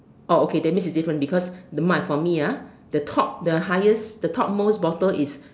oh okay that means it's different because the mic for me ah the top highest the top most bottle is